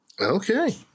Okay